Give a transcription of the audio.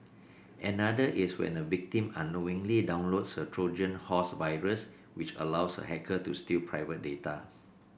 another is when a victim unknowingly downloads a Trojan horse virus which allows a hacker to steal private data